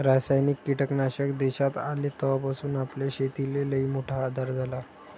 रासायनिक कीटकनाशक देशात आले तवापासून आपल्या शेतीले लईमोठा आधार झाला